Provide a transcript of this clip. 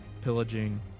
pillaging